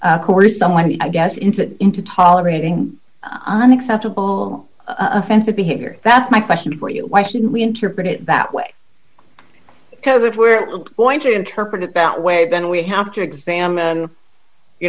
coerce someone i guess into into tolerating unacceptable offensive behavior that's my question for you why should we interpret it that way because if we're going to interpret it that way then we have to examine you